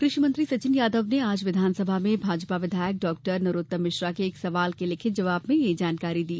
कृषि मंत्री सचिन यादव ने आज विधानसभा में भाजपा विधायक डॉ नरोत्तम मिश्रा के एक सवाल के लिखित जवाब में ये जानकारी दी